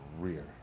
career